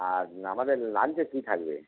আর আমাদের লাঞ্চে কী থাকবে